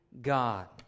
God